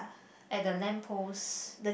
at the lamp post